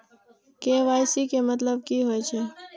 KYC के मतलब की होई छै?